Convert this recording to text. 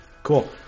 cool